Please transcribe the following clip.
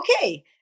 Okay